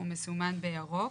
הוא מסומן בירוק.